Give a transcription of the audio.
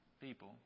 people